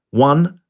one,